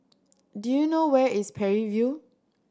do you know where is Parry View